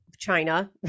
china